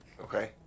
Okay